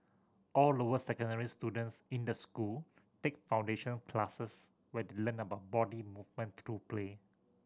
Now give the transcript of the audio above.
all lower secondary students in the school take foundation classes where they learn about body movement through play